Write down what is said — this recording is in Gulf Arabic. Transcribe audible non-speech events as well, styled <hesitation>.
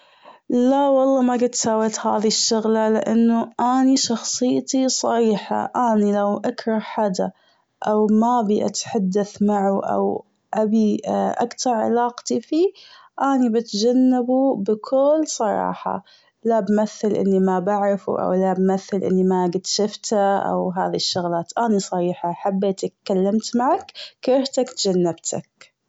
والله ما قد سويت هذي الشغلة، لأنه أني شخصيتي صريحة أني لو اكره حدا أو ما ابي اتحدث معه أو ابي <hesitation> اقطع علاقتي فيه أني بتجنبه بكل صراحة، لا بمثل إني ما بعرفه أو لا بمثل إني ما قد شفته أو هذه الشغلات. أنا صريحة لو حبيتك اتكلمت معك كرهتك اتجنبتك.